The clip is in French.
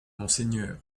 monseigneur